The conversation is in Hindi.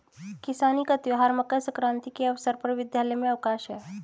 किसानी का त्यौहार मकर सक्रांति के अवसर पर विद्यालय में अवकाश है